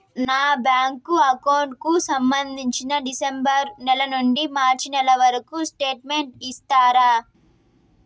నా bank account కు సంబంధించి డిసెంబరు నెల నుండి మార్చి నెలవరకు స్టేట్మెంట్ ఇస్తారా?